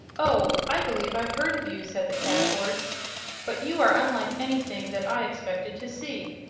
oh i believe i've heard of you, said the cab-horse but you are unlike anything that i expected to see.